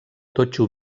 totxo